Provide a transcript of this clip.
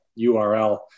URL